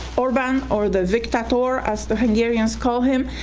orban or the viktator, as the hungarians call him,